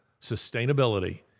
Sustainability